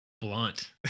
blunt